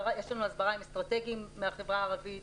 יש לנו הסברה עם אסטרטגים מהחברה הערבית,